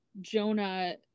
jonah